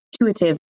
intuitive